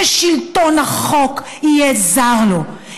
ששלטון החוק יהיה זר לו,